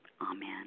Amen